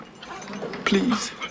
Please